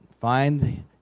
find